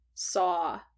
saw